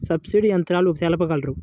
Subsidy యంత్రాలు తెలుపగలరు?